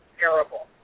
terrible